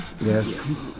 Yes